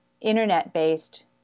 internet-based